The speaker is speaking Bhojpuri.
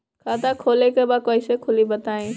खाता खोले के बा कईसे खुली बताई?